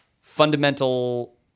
fundamental